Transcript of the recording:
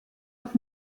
auf